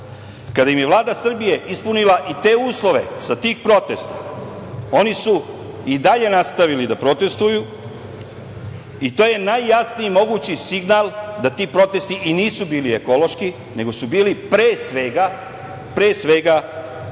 im je Vlada Srbije ispunila i te uslove sa tih protesta oni su i dalje nastavili da protestvuju i to je najjasniji mogući signal da ti protesti i nisu bili ekološki, nego su bili pre svega politički